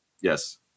Yes